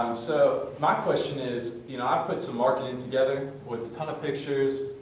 so my question is you know i've put some marketing together with a ton of pictures.